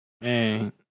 Man